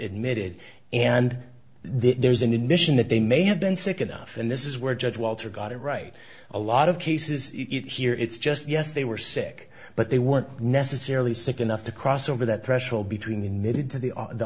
admitted and there's an initial that they may have been sick enough and this is where judge walter got it right a lot of cases here it's just yes they were sick but they weren't necessarily sick enough to cross over that threshold between the mid to the